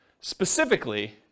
specifically